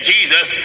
Jesus